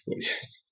yes